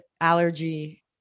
allergy